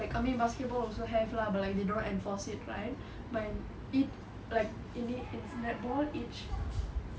like I mean basketball also have lah but like they don't enforce it right but it like in it it's netball each